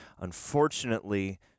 unfortunately